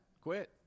quit